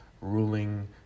ruling